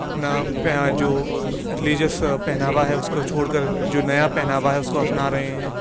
اپنا یہاں جو ریلیجیس پہناوا ہے اس کو چھوڑ کر جو نیا پہناوا ہے اس کو اپنا رہے ہیں